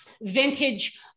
vintage